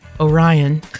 Orion